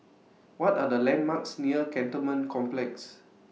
What Are The landmarks near Cantonment Complex